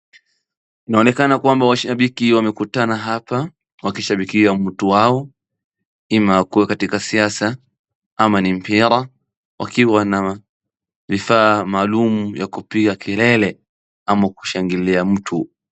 Inaonekana kwamba washabiki wamekutana hapa wakishabikia mtu wao, ima akuwe katika siasa, ama ni mpira, wakiwa na vifaa maalum ya kupiga kelele ama kushangilia mtu.